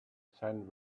sun